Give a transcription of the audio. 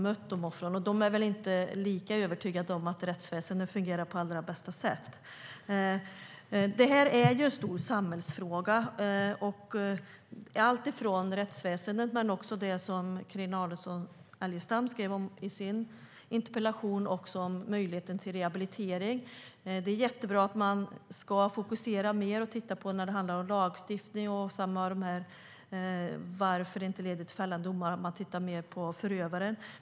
Dessa offer är väl inte lika övertygade om att rättsväsendet fungerar på det allra bästa sättet. Detta är en stor samhällsfråga som berör alltifrån rättsväsendet till möjligheterna till rehabilitering, som Carina Adolfsson Elgestam skrev om i sin interpellation. Det är jättebra att man ska fokusera mer på lagstiftning och se på varför anmälningar inte leder till fällande domar. Man tittar mer på förövaren.